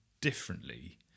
differently